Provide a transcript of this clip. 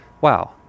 Wow